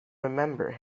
remember